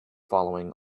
following